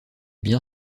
bien